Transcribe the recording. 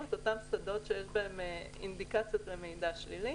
את אותם שדות שיש בהם אינדיקציות ומידע שלילי